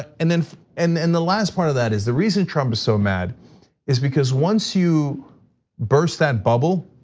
and then and and the last part of that is the reason trump is so mad is because once you burst that bubble,